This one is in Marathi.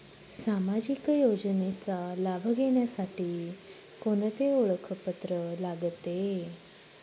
सामाजिक योजनेचा लाभ घेण्यासाठी कोणते ओळखपत्र लागते?